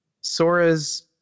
Sora's